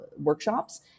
workshops